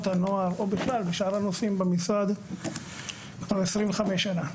הנוער או בכלל בשאר הנושאים במשרד כבר 25 שנים.